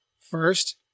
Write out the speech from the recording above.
First